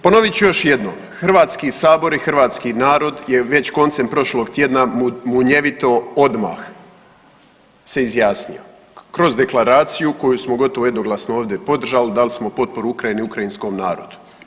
Ponovit ću još jednom, Hrvatski sabor i hrvatski narod je već koncem prošlog tjedna munjevito odmah se izjasnio kroz deklaraciju koju smo gotovo jednoglasno podržali, dali smo potporu Ukrajini i ukrajinskom narodu.